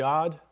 God